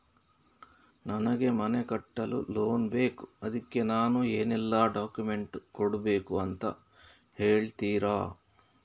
ನನಗೆ ಮನೆ ಕಟ್ಟಲು ಲೋನ್ ಬೇಕು ಅದ್ಕೆ ನಾನು ಏನೆಲ್ಲ ಡಾಕ್ಯುಮೆಂಟ್ ಕೊಡ್ಬೇಕು ಅಂತ ಹೇಳ್ತೀರಾ?